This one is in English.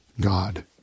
God